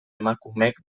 emakumeek